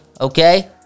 Okay